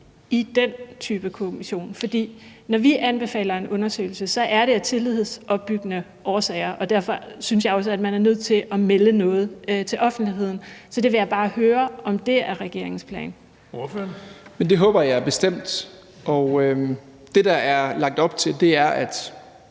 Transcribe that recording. i den type kommission. For når vi anbefaler en undersøgelse, er det af tillidsopbyggende årsager, og derfor synes jeg også, at man er nødt til at melde noget ud til offentligheden. Så jeg vil bare høre, om det er regeringens plan. Kl. 16:57 Den fg. formand (Erling Bonnesen):